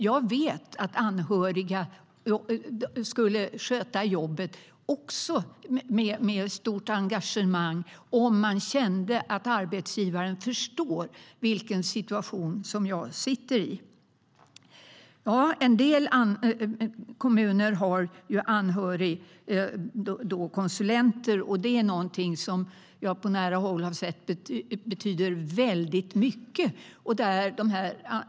Jag vet att anhöriga skulle sköta jobbet med stort engagemang om de kände att arbetsgivaren förstod vilken situation de befinner sig i. En del kommuner har anhörigkonsulenter. Jag har på nära håll kunnat se att de betyder väldigt mycket.